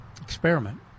experiment